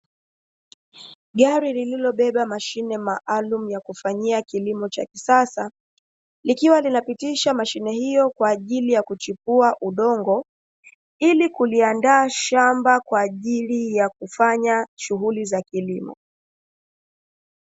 Gari lililobeba mashine maalumu ya kufanyia kilimo cha kisasa, likiwa linapitisha mashine hiyo kwa ajili ya kuchipua udongo, ili kuliandaa shamba kwa ajili ya kufanya shughuli za kilimo.